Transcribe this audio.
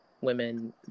women